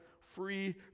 free